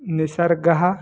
निसर्गः